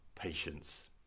Patience